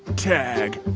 tag